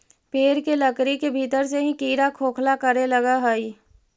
पेड़ के लकड़ी के भीतर से ही कीड़ा खोखला करे लगऽ हई